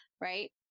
Right